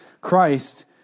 Christ